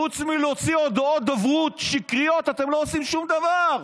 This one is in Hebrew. חוץ מלהוציא הודעות דוברות שקריות אתם לא עושים שום דבר.